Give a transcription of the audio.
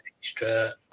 extra